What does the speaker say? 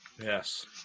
Yes